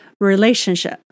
relationship